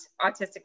autistic